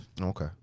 Okay